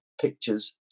pictures